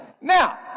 Now